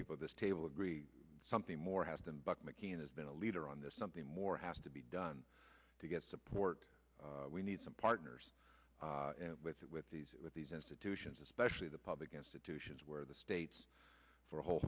people this table agree something more has been buck mckeon has been a leader on this something more has to be done to get support we need some partners with these with these institutions especially the public institutions where the states for a whole